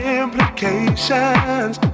implications